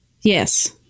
Yes